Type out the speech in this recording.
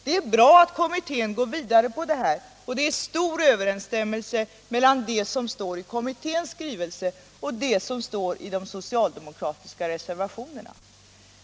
Det är bra att kommittén går vidare, och det råder stor överensstämmelse mellan det som står i kommitténs skrivelse och det som står i de socialdemokratiska reservationerna.